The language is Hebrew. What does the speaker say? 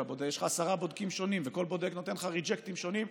יש לך עשרה בודקים שונים וכל בודק נותן לך ריג'קטים שונים.